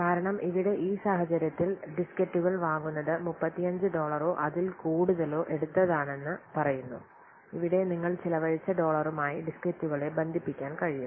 കാരണം ഇവിടെ ഈ സാഹചര്യത്തിൽ ഡിസ്കറ്റുകൾ വാങ്ങുന്നത് മുപ്പത്തിയഞ്ച് ഡോളറോ അതിൽ കൂടുതലോ എടുത്തതാണെന്ന് പറയുന്നു ഇവിടെ നിങ്ങൾ ചെലവഴിച്ച ഡോളറുമായി ഡിസ്കറ്റുകളെ ബന്ധിപ്പിക്കാൻ കഴിയും